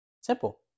Simple